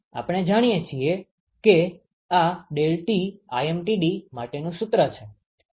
તેથી આપણે જાણીએ છીએ કે આ ∆Tlmtd માટેનુ સુત્ર છે